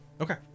okay